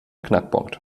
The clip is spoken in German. knackpunkt